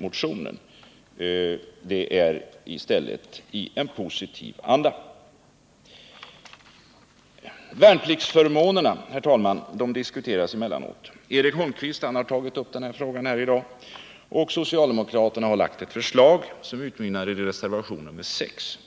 motionen. Det är i stället i en positiv anda. Värnpliktsförmånerna, herr talman, diskuteras emellanåt. Eric Holmqvist har tagit upp den frågan här i dag, och socialdemokraterna har framlagt ett förslag som utmynnar i reservation nr 6.